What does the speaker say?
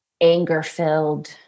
anger-filled